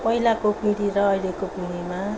पहिलाको पिँढी र अहिलेको पिँढीमा